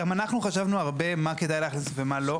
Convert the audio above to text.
גם אנחנו חשבנו הרבה מה כדאי להכניס ומה לא.